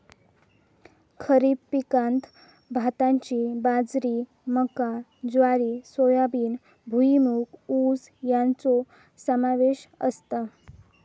खरीप पिकांत भाताची बाजरी मका ज्वारी सोयाबीन भुईमूग ऊस याचो समावेश असता